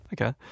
Okay